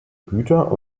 güter